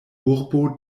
urbo